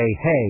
hey